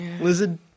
Lizard